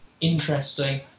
Interesting